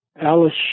Alice